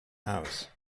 house